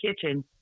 kitchen